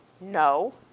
No